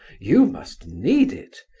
you must need it.